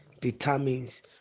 determines